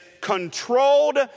controlled